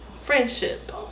friendship